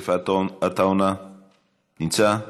יוסף עטאונה נמצא?